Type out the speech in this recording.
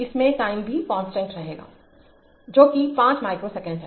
इसमें टाइम भी कांस्टेंट रहेगा जो कि 5 माइक्रो सेकेंड है